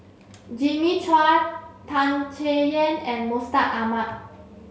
Jimmy Chua Tan Chay Yan and Mustaq Ahmad